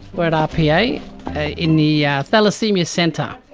we're at rpa in the yeah thalassemia centre.